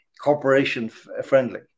corporation-friendly